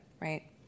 right